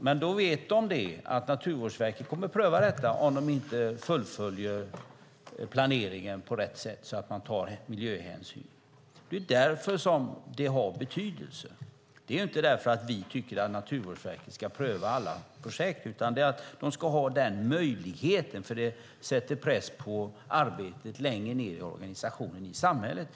Men de vet att Naturvårdsverket kommer att pröva detta om de inte fullföljer planeringen på rätt sätt och tar miljöhänsyn. Det är därför som det har betydelse. Det är inte för att vi tycker att Naturvårdsverket ska pröva alla projekt, utan det är för att de ska ha möjligheten för att det sätter press på arbetet längre ned i organisationen i samhället.